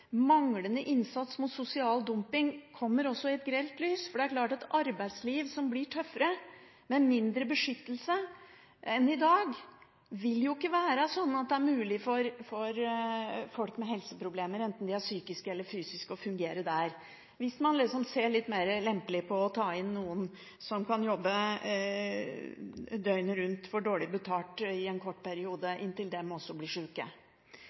manglende innsats mot sosial dumping kommer her i et grelt lys, for det er klart at i et arbeidsliv som blir tøffere, med mindre beskyttelse enn i dag, vil det ikke være mulig for folk med helseproblemer å fungere, enten problemene er fysiske eller psykiske. Men man ser kanskje litt mer lempelig på å ta inn noen som kan jobbe døgnet rundt for dårlig betaling i en kort periode, inntil også de blir